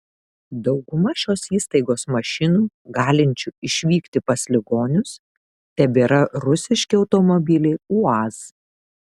dauguma šios įstaigos mašinų galinčių išvykti pas ligonius tebėra rusiški automobiliai uaz